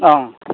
অ'